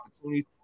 opportunities